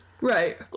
Right